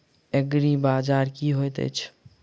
एग्रीबाजार की होइत अछि?